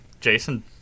Jason